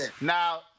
Now